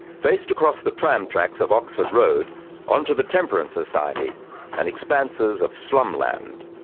faced across the tram-tracks of oxford road onto the temperance society and expanses of slumland.